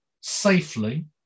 safely